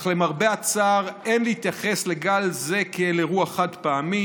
אך למרבה הצער אין להתייחס לגל זה כאל אירוע חד-פעמי.